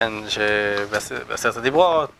בעשרת הדיברות